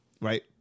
right